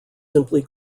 simply